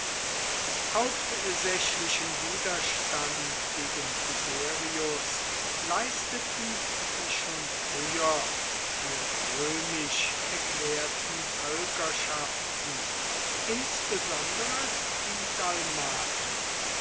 hauptsächlichen widerstand gegen tiberius leisteten die schon früher für römisch erklärten völkerschaften insbesondere die